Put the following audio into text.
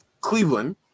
Cleveland